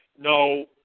No